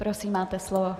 Prosím, máte slovo.